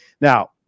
Now